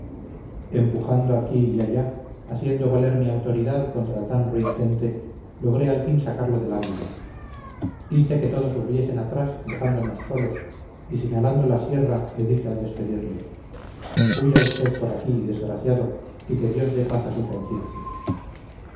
empujando aquí y allí haciendo valer mi autoridad contra tan ruin gente logré al fin sacarlo de la villa hice que todos volviesen atrás dejándonos solos y señalando la sierra le dije al despedirle huya usted por aquí desgraciado y que dios dé paz a su conciencia